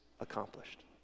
accomplished